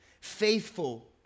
faithful